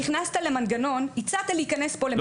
הצעת להיכנס פה למנגנון קיים של עיצום כספי.